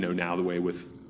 so now the way with.